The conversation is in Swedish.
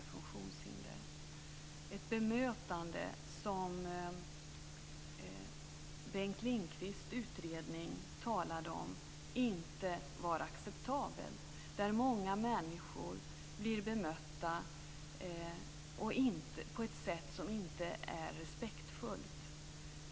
I dag är det ett bemötande som Bengt Lindqvists utredning talade om inte var acceptabelt. Många människor blir bemötta på ett sätt som inte är respektfullt.